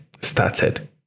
started